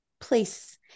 place